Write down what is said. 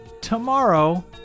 tomorrow